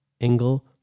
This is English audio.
Engel